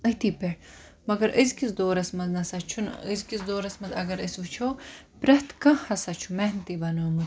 أتھی پیٚٹھ مَگَر أزکِس دورَس مَنٛز نَسا چھُ نہٕ أزکِس دورَس مَنٛز اَگَر أسۍ وٕچھو پرٮ۪تھ کانٛہہ ہَسا چھُ محنتی بَنیومُت